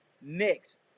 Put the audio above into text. next